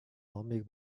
номыг